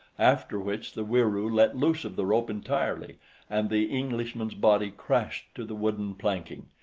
after which the wieroo let loose of the rope entirely and the englishman's body crashed to the wooden planking.